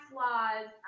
laws